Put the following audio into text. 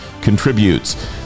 contributes